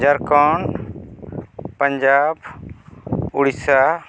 Jharkhand Punjab Odisha